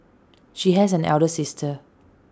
she has an elder sister